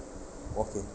okay